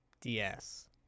DS